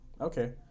okay